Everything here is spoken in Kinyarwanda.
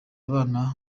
abana